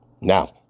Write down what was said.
Now